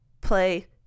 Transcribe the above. play